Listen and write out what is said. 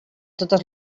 totes